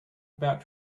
about